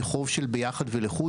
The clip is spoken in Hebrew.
היא חוב של ביחד ולחוד,